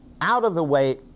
out-of-the-way